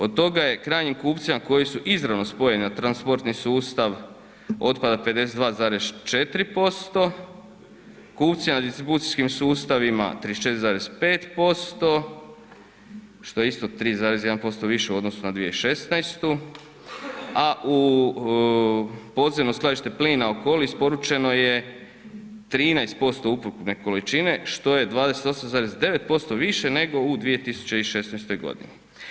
Od toga je krajnjim kupcima koji su izravno spojeni na transportni sustav, otpada 52,4%, kupcima na distribucijskim sustavima 34,5%, što je isto 3,1% u odnosu na 2016. a u podzemno Skladište plina Okoli isporučeno je 13% ukupne količine što je 28,9% više nego u 2016. godini.